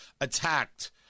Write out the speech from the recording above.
attacked